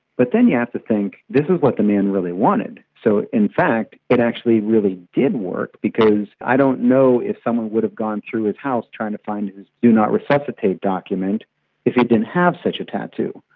but then you have to think this is what the man really wanted, so in fact it actually really did work because i don't know if someone would have gone through his house trying to find the do not resuscitate document if he didn't have such a tattoo.